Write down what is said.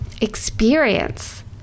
experience